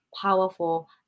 powerful